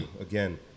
again